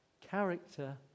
Character